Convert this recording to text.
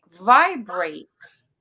vibrates